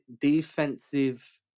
defensive